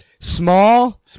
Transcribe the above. Small